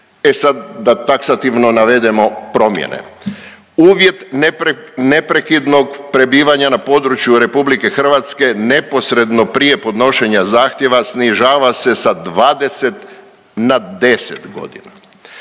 E sad da taksativno navedemo promjene. Uvjet neprekidnog prebivanja na području RH neposredno prije podnošenja zahtjeva snižava se sa 20 na 10 godina.